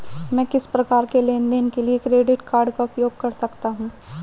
मैं किस प्रकार के लेनदेन के लिए क्रेडिट कार्ड का उपयोग कर सकता हूं?